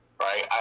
Right